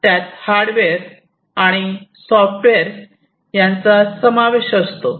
त्यात हार्डवेअर आणि सॉफ्टवेअर यांचा समावेश असतो